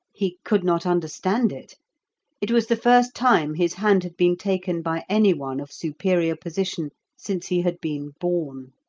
he could not understand it it was the first time his hand had been taken by any one of superior position since he had been born.